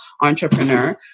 entrepreneur